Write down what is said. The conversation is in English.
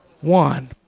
one